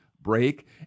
break